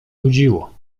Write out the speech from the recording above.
nudziło